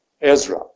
Ezra